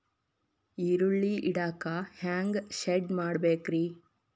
ಈರುಳ್ಳಿ ಇಡಾಕ ಹ್ಯಾಂಗ ಶೆಡ್ ಮಾಡಬೇಕ್ರೇ?